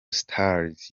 stars